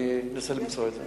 אני אנסה למצוא את זה.